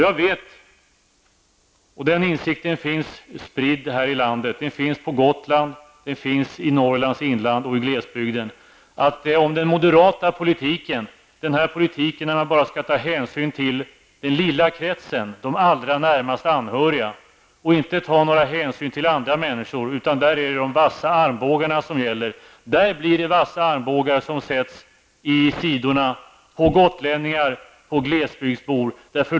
Jag vet -- och den insikten finns spridd här i landet, på Gotland, i Norrlands inland och i glesbygden -- att om den moderata politiken får råda, där bara de vassa armbågarna gäller och man bara skall ta hänsyn till den lilla kretsen och de allra närmast anhöriga och inte ta några hänsyn till andra människor, då blir det vassa armbågar som sätts i sidorna på gotlänningar och på glesbygdsbor.